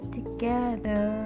together